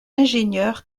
ingénieurs